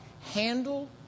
handle